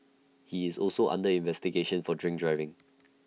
he is also under investigation for drink driving